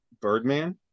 Birdman